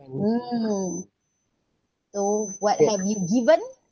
mm so what have you given